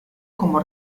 como